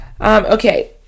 Okay